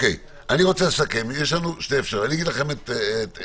אני רוצה לסכם: יש לנו שתי אפשרויות אני אגיד לכם את דעתי,